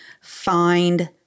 find